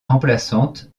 remplaçante